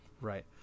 Right